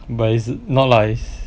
but it's not like